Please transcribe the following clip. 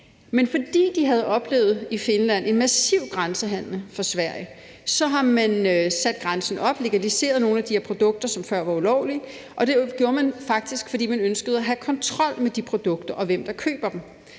Men fordi de i Finland har oplevet en massiv grænsehandel fra Sverige, har man sat grænsen op og legaliseret nogle af de her produkter, som før var ulovlige, og det har man faktisk gjort, fordi man ønskede at have kontrol med de produkter, og hvem der køber dem.